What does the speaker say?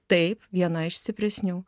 taip viena iš stipresnių